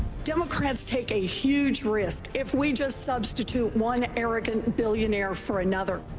democrats take a huge risk if we just substitute one arrogant billionaire for another.